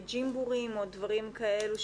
ג'ימבורים או דברים כאלה,